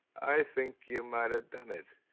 i think you might have done it.